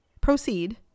Proceed